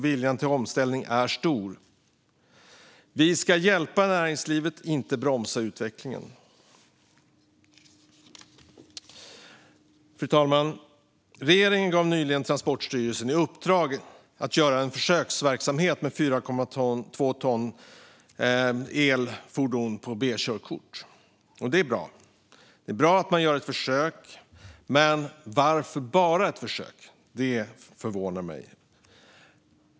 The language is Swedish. Viljan till omställning är stor. Vi ska hjälpa näringslivet, inte bromsa utvecklingen. Fru talman! Regeringen gav nyligen Transportstyrelsen i uppdrag att genomföra försöksverksamhet med elfordon på 4,2 ton och B-körkort. Det är bra att man gör ett försök. Men varför bara ett försök? Det förvånar mig.